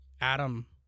Adam